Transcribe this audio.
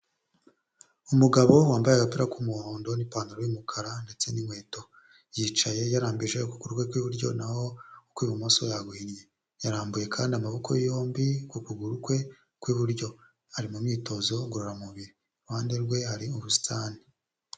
Umugabo wambaye agapira k'umuhondo n'ipantaro y'umukara ndetse n'inkweto yicaye yarambije ukuguru kwe kw'iburyo naho ukw'ibumoso yaguhinnye yarambuye kandi amaboko yombi ku kuguru kwe kw'iburyo ari mu myitozo ngororamubiri iruhande rwe hari ubusitani.